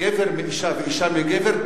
גבר מאשה ואשה מגבר,